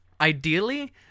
Ideally